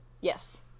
Yes